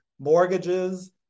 Mortgages